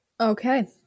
Okay